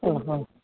ആഹാ